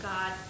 God